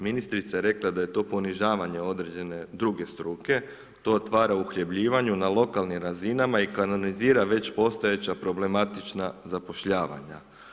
Ministrica je rekla da je to ponižavanje određene druge struke, to otvara uhljebljivanje na lokalnim razinama i kanonizira već postojeća problematična zapošljavanja.